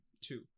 two